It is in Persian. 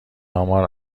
امار